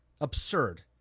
Absurd